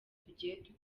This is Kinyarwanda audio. tugiye